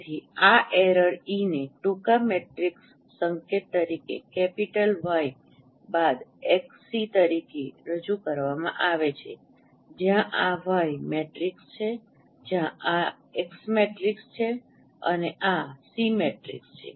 તેથી આ error E ને ટૂંકા મેટ્રિક્સ સંકેત તરીકે કેપિટલ વાય બાદ માઇનસ XC તરીકે રજૂ કરવામાં આવે છે જ્યાં આ Y મેટ્રિક્સ છે આ X મેટ્રિક્સ છે અને આ C મેટ્રિક્સ છે